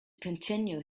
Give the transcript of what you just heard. continue